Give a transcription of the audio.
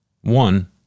One